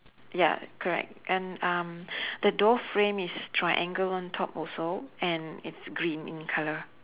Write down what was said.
ya correct and um the door frame is triangle on top also and it's green in colour